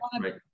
Right